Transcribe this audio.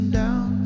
down